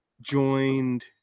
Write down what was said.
Joined